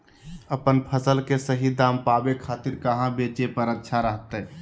अपन फसल के सही दाम पावे खातिर कहां बेचे पर अच्छा रहतय?